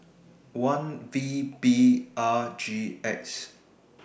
one V B R G X